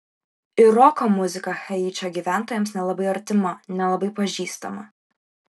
ir roko muzika haičio gyventojams nelabai artima nelabai pažįstama